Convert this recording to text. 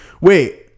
Wait